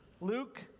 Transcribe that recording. Luke